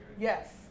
Yes